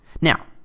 Now